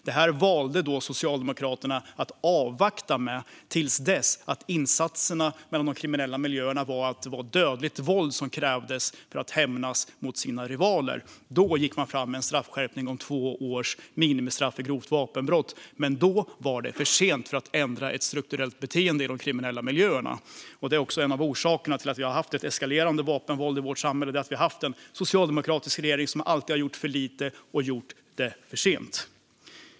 Det här valde Socialdemokraterna att avvakta med till dess att insatserna mellan de kriminella miljöerna var sådana att det var dödligt våld som krävdes för att hämnas på sina rivaler. Då gick man fram med en straffskärpning till två års minimistraff för grovt vapenbrott. Men då var det för sent för att ändra ett strukturellt beteende i de kriminella miljöerna. Detta är också en av orsakerna till att vi har haft ett eskalerande vapenvåld i vårt samhälle: att vi har haft en socialdemokratisk regering som alltid har gjort för lite och gjort det för sent.